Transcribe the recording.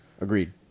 Agreed